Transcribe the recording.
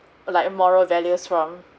like moral values from